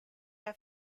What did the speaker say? are